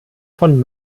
von